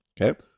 okay